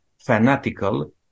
fanatical